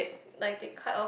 like they cut off